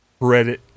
Reddit